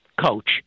coach